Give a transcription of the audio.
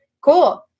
Cool